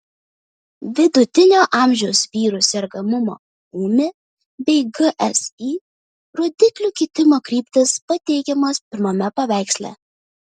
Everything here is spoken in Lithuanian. vidutinio amžiaus vyrų sergamumo ūmi bei gsi rodiklių kitimo kryptys pateikiamos pirmame paveiksle